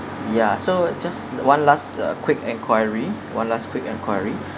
ya so just one last a quick enquiry one last quick enquiry